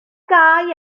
gau